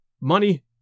money